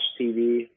TV